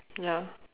ya